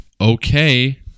okay